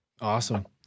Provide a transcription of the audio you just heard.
Awesome